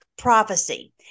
prophecy